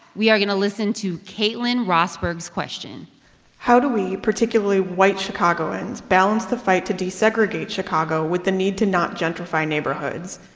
we are going to listen to caitlin rosberg's question how do we particularly white chicagoans balance the fight to desegregate chicago with the need to not gentrify neighborhoods?